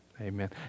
Amen